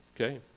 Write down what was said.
Okay